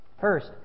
First